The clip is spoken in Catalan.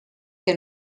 que